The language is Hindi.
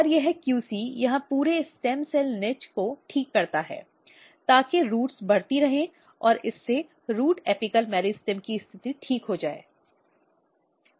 और यह QC यहां पूरे स्टेम सेल निच को ठीक करता है ताकि रूट बढ़ती रहे और इससे रूट एपिकल मेरिस्टेम की स्थिति ठीक हो जाए